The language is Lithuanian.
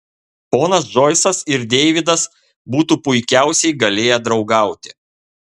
ponas džoisas ir deividas būtų puikiausiai galėję draugauti